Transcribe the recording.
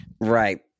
Right